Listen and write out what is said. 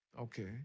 Okay